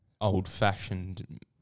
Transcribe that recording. old-fashioned